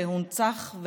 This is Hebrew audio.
שהונצח,